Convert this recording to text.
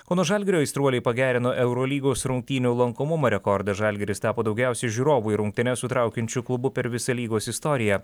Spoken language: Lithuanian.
kauno žalgirio aistruoliai pagerino eurolygos rungtynių lankomumo rekordą žalgiris tapo daugiausiai žiūrovų į rungtynes sutraukiančiu klubu per visą lygos istoriją